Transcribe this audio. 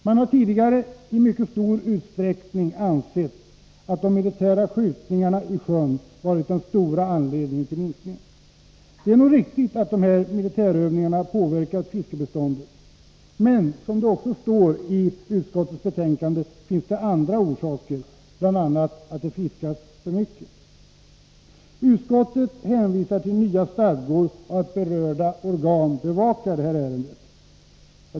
Man har tidigare i mycket stor utsträckning ansett att de militära skjutningarna i sjön har varit den väsentliga anledningen till minskningen. Det är nog riktigt att militärövningarna har påverkat fiskbeståndet, men det finns — som det också står i utskottets betänkande — andra orsaker, bl.a. att det fiskas för mycket. Utskottet hänvisar till nya stadgor och till att berörda organ bevakar ärendet.